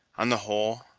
on the whole,